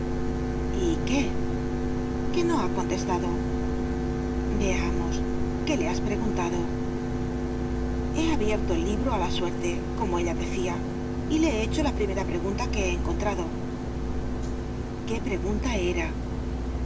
y qué tmque no ha contestado yeamos qué le has preguntado he abierto el libro á la suerte como ella decia y le he hecho la primera pregunta que he encontrado qué pregunta era